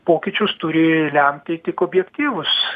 pokyčius turi lemti tik objektyvūs